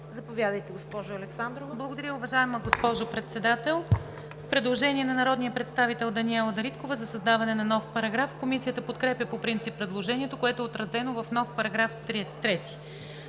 Заповядайте, госпожо Александрова. ДОКЛАДЧИК АННА АЛЕКСАНДРОВА: Предложение на народния представител Даниела Дариткова за създаване на нов параграф. Комисията подкрепя по принцип предложението, което е отразено в нов § 3.